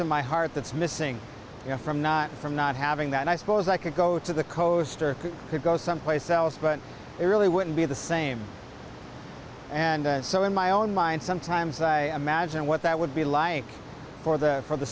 of my heart that's missing you know from not from not having that i suppose i could go to the coast or could go someplace else but it really wouldn't be the same and so in my own mind sometimes i imagine what that would be like for the for the